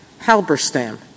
Halberstam